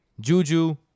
Juju